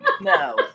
No